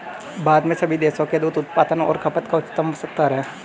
भारत में सभी देशों के दूध उत्पादन और खपत का उच्चतम स्तर है